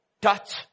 touch